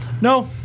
No